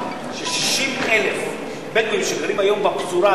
ש-60,000 בדואים שגרים היום בפזורה,